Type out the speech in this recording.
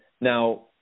Now